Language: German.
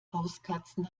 hauskatzen